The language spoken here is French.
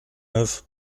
neuf